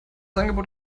angebot